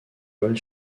vols